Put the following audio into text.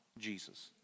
Jesus